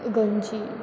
गंजी